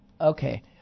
okay